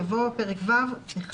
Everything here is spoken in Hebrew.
יבוא: פרק ו'1